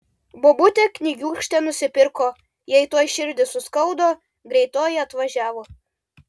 bobutė knygiūkštę nusipirko jai tuoj širdį suskaudo greitoji atvažiavo